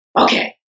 okay